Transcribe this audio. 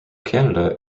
canada